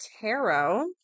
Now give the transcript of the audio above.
Tarot